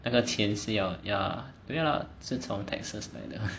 那个钱是要 ya 对啦是从 taxes 来的